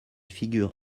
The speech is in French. figure